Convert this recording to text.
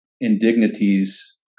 indignities